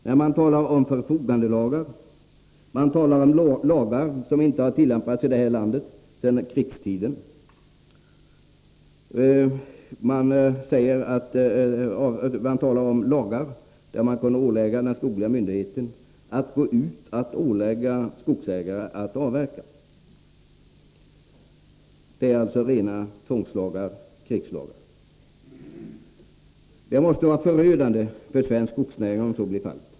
Men det talas också om förfogandelagar och om lagar som inte har tillämpats i det här landet sedan krigstiden. Det talas om lagar som skulle ge den skogliga myndigheten rätt att ålägga skogsägare att avverka. Det är alltså rena tvångslagar, krigslagar. Det måste vara förödande för svensk skogsnäring om det här genomförs.